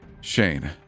Shane